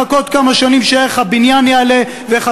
לחכות כמה שנים שערך הבניין יעלה וערך